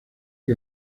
que